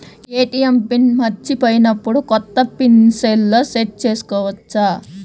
ATM PIN మరచిపోయినప్పుడు, కొత్త PIN సెల్లో సెట్ చేసుకోవచ్చా?